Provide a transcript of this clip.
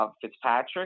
Fitzpatrick